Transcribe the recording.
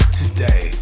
today